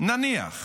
נניח